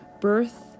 birth